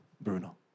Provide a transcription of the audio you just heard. Bruno